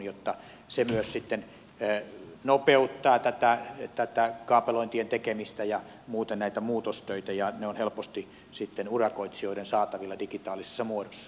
se myös sitten nopeuttaa tätä kaapelointien tekemistä ja muuten näitä muutostöitä ja ne ovat helposti sitten urakoitsijoiden saatavilla digitaalisessa muodossa